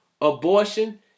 abortion